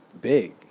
big